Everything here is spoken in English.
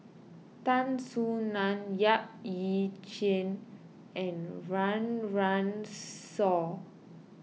Tan Soo Nan Yap Ee Chian and Run Run Shaw